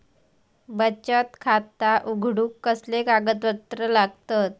बचत खाता उघडूक कसले कागदपत्र लागतत?